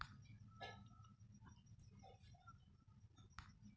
सामान आथा तथा लयी जावा करता ट्रक, टेम्पो, मालगाड्या काम पडतीस